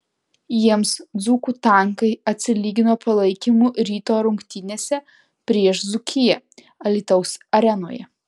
jiems dzūkų tankai atsilygino palaikymu ryto rungtynėse prieš dzūkiją alytaus arenoje